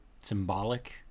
symbolic